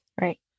Right